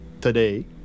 today